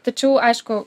tačiau aišku